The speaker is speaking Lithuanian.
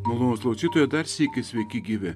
malonūs klausytojai dar sykį sveiki gyvi